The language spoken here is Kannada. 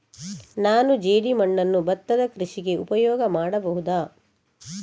ನಾನು ಜೇಡಿಮಣ್ಣನ್ನು ಭತ್ತದ ಕೃಷಿಗೆ ಉಪಯೋಗ ಮಾಡಬಹುದಾ?